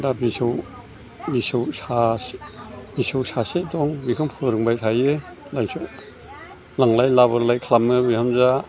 दा बिसौ बिसौ सासे बिसौ सासे दं बेखौ फोरोंबाय थायो लांस' लांलाय लाबोलाय खालामो बिहामजोआ